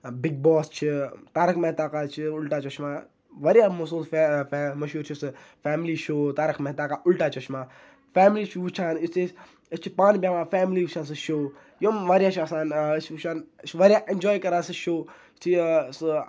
big boss چھِ تارک مہتا کا چھِ اُلٹا چشمہ واریاہ مٔہسوٗس مٔہشوٗر چھِ سُہ family show Tarak Mehta ka Ooltah Chashmah family چھُ وٕچھان یُتھُے أسۍ أسۍ چھِ پانہٕ بیٚہوان فیملی چھِ آسان شو یِم واریاہ چھِ آسان أسۍ چھِ وُچھان أسۍ چھِ واریاہ اٮ۪نجاے کَران سُہ شو یُتھُے سُہ